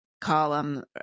column